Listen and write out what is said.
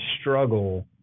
struggle